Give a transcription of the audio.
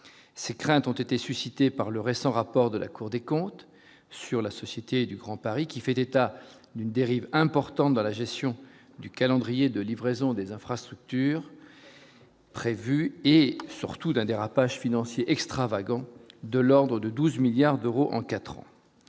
ces craintes ont été suscités par le récent rapport de la Cour des comptes sur la Société du Grand Paris qui fait état d'une dérive importante dans la gestion du calendrier de livraison des infrastructures. Prévu et surtout d'un dérapage financier extravagant de l'ordre de 12 milliards d'euros en 4 ans,